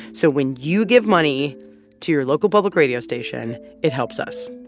so when you give money to your local public radio station, it helps us.